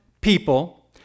people